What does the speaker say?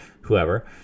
whoever